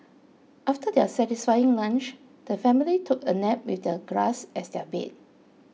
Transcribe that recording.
after their satisfying lunch the family took a nap with the grass as their bed